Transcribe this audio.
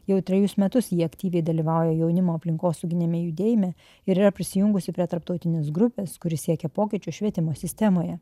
jau trejus metus ji aktyviai dalyvauja jaunimo aplinkosauginiame judėjime ir yra prisijungusi prie tarptautinės grupės kuri siekia pokyčių švietimo sistemoje